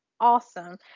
awesome